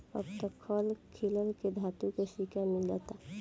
अब त खल बिखल के धातु के सिक्का मिलता